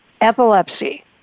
epilepsy